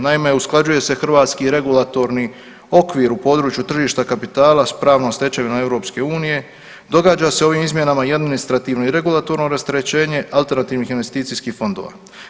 Naime, usklađuje se hrvatski regulatorni okvir u području tržišta kapitala s pravnom stečevinom EU-a, događa se ovim izmjenama i administrativno i regulatorno rasterećenje alternativnih investicijskih fondova.